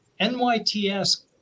NYTS